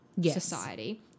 society